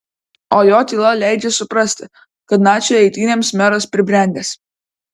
o jo tyla leidžia suprasti kad nacių eitynėms meras pribrendęs